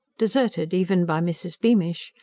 deserted even by mrs. beamish,